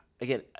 again